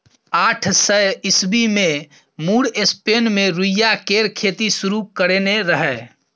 आठ सय ईस्बी मे मुर स्पेन मे रुइया केर खेती शुरु करेने रहय